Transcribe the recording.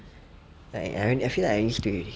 like I I feel like I'm used to it